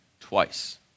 twice